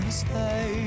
stay